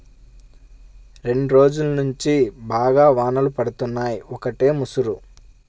రెండ్రోజుల్నుంచి బాగా వానలు పడుతున్నయ్, ఒకటే ముసురు